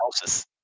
houses